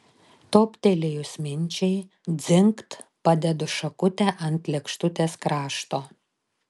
toptelėjus minčiai dzingt padedu šakutę ant lėkštutės krašto